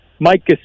Mike